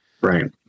right